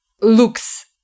looks